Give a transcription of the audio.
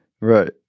Right